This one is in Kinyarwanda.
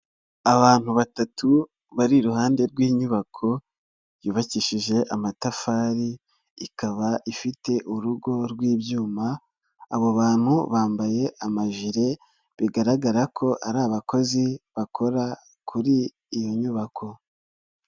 Abantu batatu bari iruhande rw'inyubako yubakishije amatafari, ikaba ifite urugo rw'ibyuma, abo bantu bambaye amajire bigaragara ko ari abakozi bakora kuri iyo nyubako.